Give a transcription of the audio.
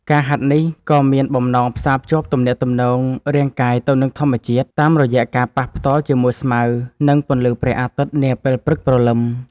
ការហាត់នេះ ក៏មានបំណងផ្សារភ្ជាប់ទំនាក់ទំនងរាងកាយទៅនឹងធម្មជាតិ តាមរយៈការប៉ះផ្ទាល់ជាមួយស្មៅ និងពន្លឺព្រះអាទិត្យនាពេលព្រឹកព្រលឹម។